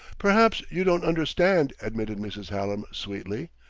perhaps you don't understand, admitted mrs. hallam sweetly.